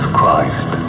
Christ